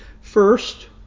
First